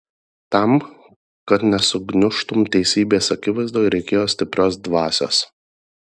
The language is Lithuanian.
tam kad nesugniužtum teisybės akivaizdoj reikėjo stiprios dvasios